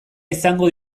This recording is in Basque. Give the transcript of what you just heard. izango